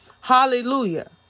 Hallelujah